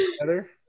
together